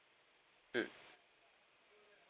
mm